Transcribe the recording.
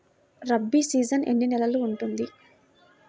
Rabi season ఎన్ని నెలలు ఉంటుంది?